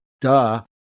duh